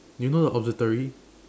you know the observatory